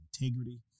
integrity